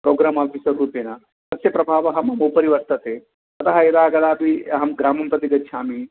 program officer रूपेण तस्य प्रभावः मम उपरि वर्तते अतः यदा कदापि अहं ग्रामं प्रति गच्छामि